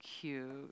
cute